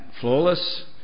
flawless